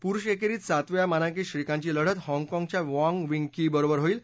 पुरुष एक्षीत सातव्या मानांकित श्रीकांतची लढत हाँगकाँगच्या वाँग विंग की बरोबर होईल